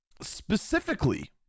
specifically